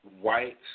White